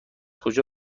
کجا